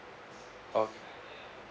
okay